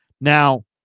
Now